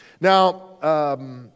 Now